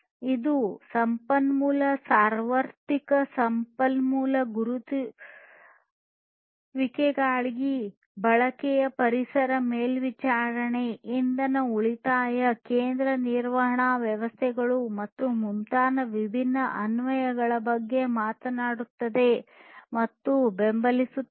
ಇದು ಸಂಪನ್ಮೂಲ ಸಾರ್ವತ್ರಿಕ ಸಂಪನ್ಮೂಲ ಗುರುತಿಸುವಿಕೆಗಳ ಬಳಕೆಯ ಪರಿಸರ ಮೇಲ್ವಿಚಾರಣೆ ಇಂಧನ ಉಳಿತಾಯ ಕೇಂದ್ರ ನಿರ್ವಹಣಾ ವ್ಯವಸ್ಥೆಗಳು ಮತ್ತು ಮುಂತಾದವುಗಳ ವಿಭಿನ್ನ ಅನ್ವಯಗಳ ಬಗ್ಗೆ ಮಾತನಾಡುತ್ತದೆ ಮತ್ತು ಬೆಂಬಲಿಸುತ್ತದೆ